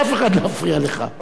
ואוצר המלים,